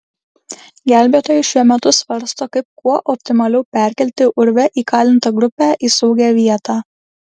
gelbėtojai šiuo metu svarsto kaip kuo optimaliau perkelti urve įkalintą grupę į saugią vietą